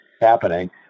happening